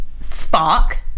spark